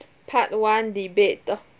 part one debate to~